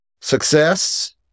Success